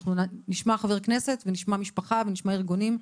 אנחנו נשמע חבר כנסת ונשמע משפחה ונשמע ארגונים,